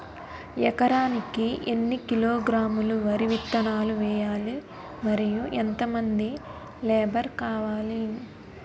ఎకరానికి ఎన్ని కిలోగ్రాములు వరి విత్తనాలు వేయాలి? మరియు ఎంత మంది లేబర్ కావాలి?